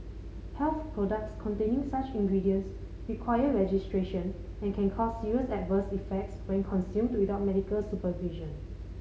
health products containing such ingredients require registration and can cause serious adverse effects when consumed without medical supervision